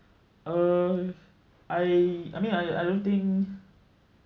err I I mean I I don't think